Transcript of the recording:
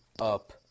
up